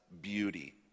beauty